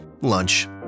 lunch